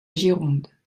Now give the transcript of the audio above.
gironde